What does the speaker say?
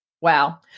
wow